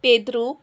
पेद्रूप